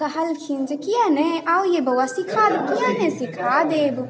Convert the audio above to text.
कहलखिन जे किएक नहि आउ अइ बौआ सिखा देब किएक नहि सिखा देब